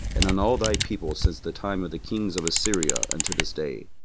and on all thy people, since the time of the kings of assyria unto this day.